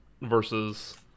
versus